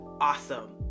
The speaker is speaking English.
awesome